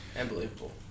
unbelievable